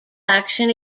action